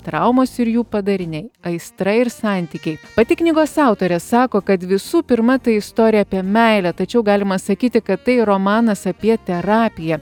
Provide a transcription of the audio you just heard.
traumos ir jų padariniai aistra ir santykiai pati knygos autorė sako kad visų pirma tai istorija apie meilę tačiau galima sakyti kad tai romanas apie terapiją